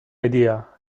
idea